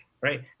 Right